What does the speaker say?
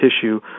tissue